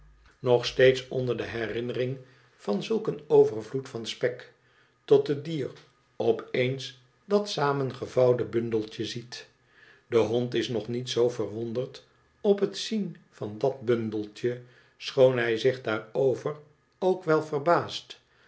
nog steeds onder de herinnering van zulk een overvloed van spek tor het dier op eens dat samengevouwen bundeltje ziet de hond is nog niet zoo verwonderd op het zien van dat bundeltje schoon hij zich daarover ook wel verbaast